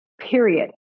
period